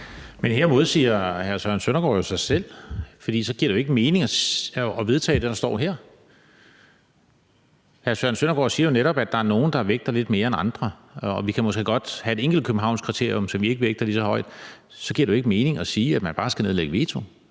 Her modsiger hr. Søren Søndergaard jo sig selv, for så giver det jo ikke mening at vedtage det, der står her. Hr. Søren Søndergaard siger jo netop, at der er nogle, der vægter lidt mere end andre, og at vi måske godt kan have et enkelt Københavnskriterium, som vi ikke vægter lige så højt. Så giver det jo ikke mening at sige, at man bare skal nedlægge veto.